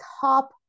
top